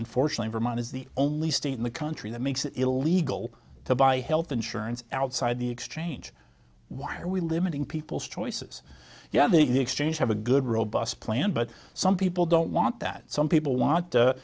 unfortunately vermont is the only state in the country that makes it illegal to buy health insurance outside the exchange why are we limiting people's choices yeah the exchange have a good robust plan but some people don't want that some people want